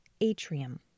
atrium